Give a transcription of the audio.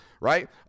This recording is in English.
right